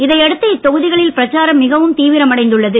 இதையடுத்து இத்தொகுதிகளில் பிரச்சாரம் மிகவும் தீவிரமடைந்துள்ளது